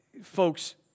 Folks